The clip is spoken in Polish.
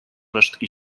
resztki